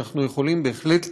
אנחנו יכולים בהחלט